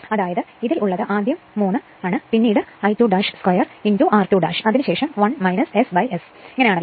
അതായത് ഇതിൽ ഉള്ളത് ആദ്യം 3 ആണ് പിന്നീട് I2 2 r2അതിന് ശേഷം 1 SS എന്ന് ആണലോ